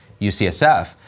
UCSF